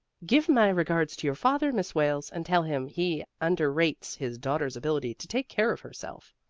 give my regards to your father, miss wales, and tell him he underrates his daughter's ability to take care of herself.